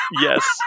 Yes